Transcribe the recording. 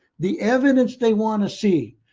the evidence they want to see,